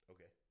Okay